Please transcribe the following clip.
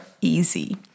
easy